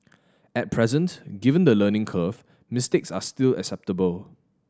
at present given the learning curve mistakes are still acceptable